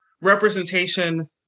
representation